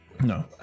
No